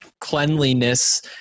cleanliness